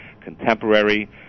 contemporary